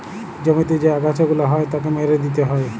জমিতে যে আগাছা গুলা হ্যয় তাকে মেরে দিয়ে হ্য়য়